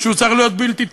שהוא צריך להיות בלתי תלוי.